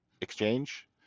exchange